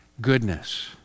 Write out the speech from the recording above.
goodness